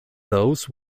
those